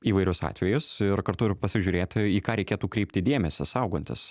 įvairius atvejus ir kartu ir pasižiūrėti į ką reikėtų kreipti dėmesį saugantis